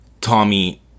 Tommy